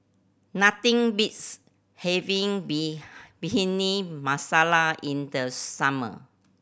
nothing beats having B Bhindi Masala in the summer